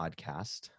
podcast